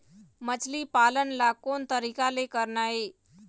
मछली पालन ला कोन तरीका ले करना ये?